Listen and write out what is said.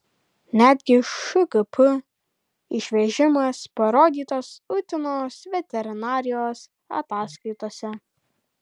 netgi šgp išvežimas parodytas utenos veterinarijos ataskaitose